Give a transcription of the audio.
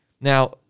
Now